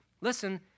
Listen